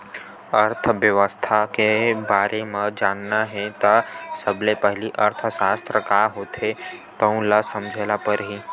अर्थबेवस्था के बारे म जानना हे त सबले पहिली अर्थसास्त्र का होथे तउन ल समझे बर परही